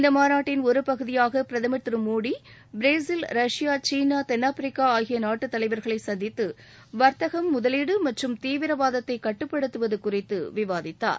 இந்த மாநாட்டின் ஒருபகுதியாக பிரதமர் திரு மோடி பிரேசில் ரஷ்யா சீனா தென்னாப்பிரிக்கா ஆகிய நாட்டு தலைவர்களை சந்தித்து வர்த்தகம் முதலீடு மற்றும் தீவிரவாதத்தை கட்டுப்படுத்துவது குறித்து விவாதித்தார்